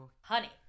honey